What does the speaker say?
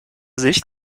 sicht